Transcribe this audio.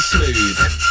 Smooth